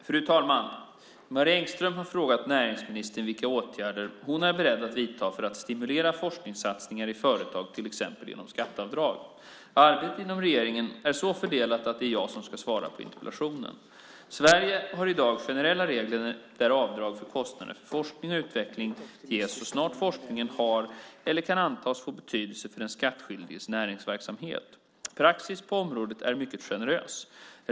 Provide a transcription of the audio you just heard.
Fru talman! Marie Engström har frågat näringsministern vilka åtgärder hon är beredd att vidta för att stimulera forskningssatsningar i företag, till exempel genom skatteavdrag. Arbetet inom regeringen är så fördelat att det är jag som ska svara på interpellationen. Sverige har i dag generella regler där avdrag för kostnader för forskning och utveckling ges så snart forskningen har eller kan antas få betydelse för den skattskyldiges näringsverksamhet. Praxis på området är mycket generös.